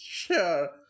Sure